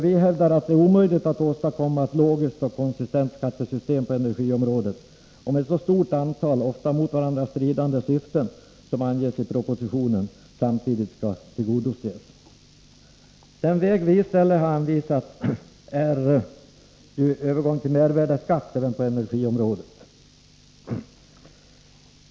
Vi hävdar att det är omöjligt att åstadkomma ett logiskt och konsistent skattesystem på energiområdet om ett så stort antal, ofta mot varandra stridande, syften som anges i propositionen samtidigt skall tillgodoses. Den väg vi anvisat är mervärdeskatt på energiområdet.